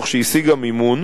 השיגה מימון,